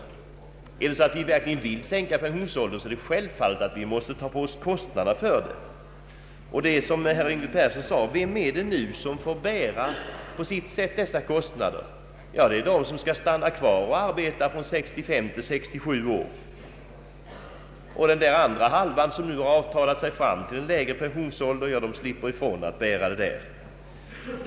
Vill vi verkligen sänka pensionsåldern, måste vi självfallet ta på oss kostnaderna för detta. Jag frågar som herr Yngve Persson: Vem är det som får bära dessa kostnader? Det är ju de som stannar kvar och arbetar från 65 till 67 års ålder. De andra, som nu har avtalat sig fram till en lägre pensioinsålder, slipper ifrån att bära denna kostnad.